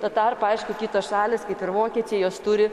tuo tarpu aišku kitos šalys kaip ir vokiečiai jos turi